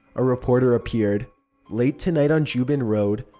a reporter appeared late tonight on juban rode,